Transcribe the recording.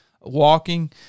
walking